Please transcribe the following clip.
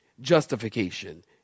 justification